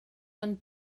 ond